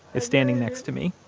is standing next to me.